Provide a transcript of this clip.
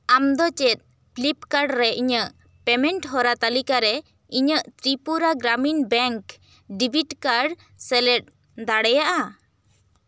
ᱟᱢ ᱫᱚ ᱪᱮᱫ ᱯᱷᱞᱤᱯᱠᱟᱨᱰ ᱨᱮ ᱤᱧᱟᱹᱜ ᱯᱮᱢᱮᱱᱴ ᱦᱚᱨᱟ ᱛᱟᱞᱤᱠᱟ ᱨᱮ ᱤᱧᱟᱹᱜ Tripura Gramin bank debit card ᱥᱮᱞᱮᱫ ᱫᱟᱲᱮᱭᱟᱜᱼᱟ